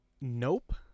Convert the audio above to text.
Nope